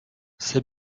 c’est